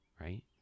Right